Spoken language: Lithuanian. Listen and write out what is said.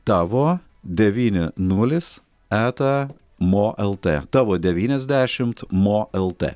tavo devyni nulis eta mo lt tavo devyniasdešimt mo lt